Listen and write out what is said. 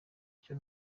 icyo